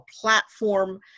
platform